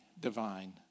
divine